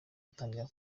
atangira